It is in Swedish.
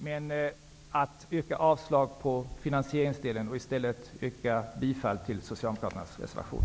Men jag yrkar avslag vad gäller finansieringsdelen i betänkandet och yrkar i stället bifall till Socialdemokraternas reservation.